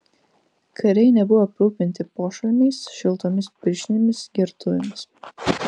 kariai nebuvo aprūpinti pošalmiais šiltomis pirštinėmis gertuvėmis